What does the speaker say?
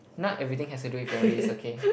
not everything has to do with your race okay